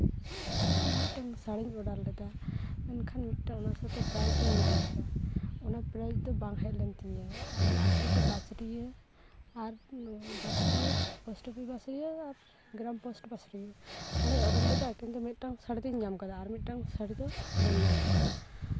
ᱤᱧ ᱢᱤᱫᱴᱮᱱ ᱥᱟᱹᱲᱤᱧ ᱚᱰᱟᱨ ᱞᱮᱫᱟ ᱢᱤᱫᱴᱟᱱ ᱚᱱᱟ ᱥᱟᱛᱮ ᱯᱨᱟᱭᱤᱡᱽ ᱤᱧ ᱧᱟᱢ ᱠᱮᱫᱟ ᱚᱱᱟ ᱯᱨᱟᱭᱤᱡᱽ ᱫᱚ ᱵᱟᱝ ᱦᱮᱡᱽ ᱞᱮᱱ ᱛᱤᱧᱟᱹᱟᱞᱮ ᱟᱹᱛᱩ ᱫᱚ ᱵᱟᱸᱥᱰᱤᱦᱟᱹ ᱟᱨ ᱜᱨᱟᱢ ᱯᱳᱥᱴ ᱵᱟᱸᱥᱰᱤᱦᱟᱹ ᱚᱸᱰᱮᱧ ᱚᱰᱟᱨ ᱞᱮᱫᱟ ᱠᱤᱱᱛᱩ ᱢᱤᱫᱴᱟᱱ ᱥᱟᱹᱲᱤ ᱛᱮᱜ ᱧᱟᱢ ᱠᱟᱫᱟ ᱟᱨ ᱢᱤᱫᱴᱟᱱ ᱥᱟᱹᱲᱤ ᱫᱚ ᱵᱟᱹᱧ ᱧᱟᱢ ᱠᱟᱫᱟ